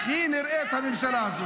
אני מייצגת את העם שלי נאמנה,